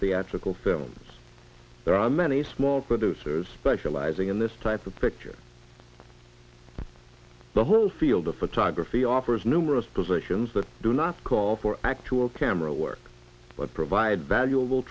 theatrical films there are many small producers specializing in this type of picture the whole field of photography offers numerous positions that do not call for actual camera work but provide valu